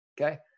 Okay